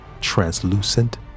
translucent